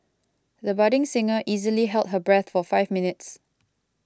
the budding singer easily held her breath for five minutes